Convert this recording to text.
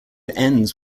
ends